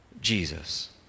Jesus